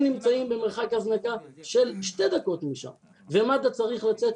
נמצאים במרחק הזנקה של שתי דקות משם ומד"א צריך לצאת,